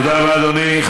תודה רבה, אדוני.